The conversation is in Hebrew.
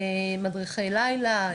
מדריכי לילה,